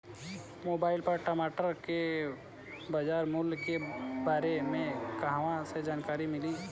Mobile पर टमाटर के बजार मूल्य के बारे मे कहवा से जानकारी मिली?